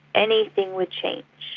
anything would change,